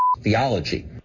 theology